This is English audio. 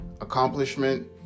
Accomplishment